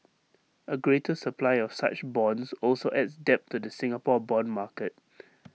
A greater supply of such bonds also adds depth to the Singapore Bond market